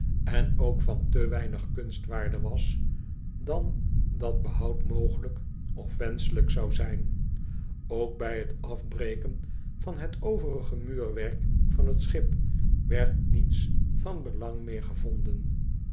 en ook van te weinig kunstwaarde was dan dat behoud mogelijk of wenschelijk zou zijn ook bij het afbreken van het overige muurwerk van het schip werd niets van belang meer gevonden